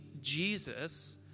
Jesus